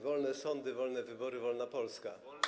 Wolne sądy, wolne wybory, wolna Polska.